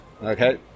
Okay